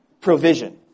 Provision